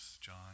John